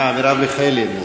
מרב מיכאלי.